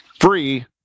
free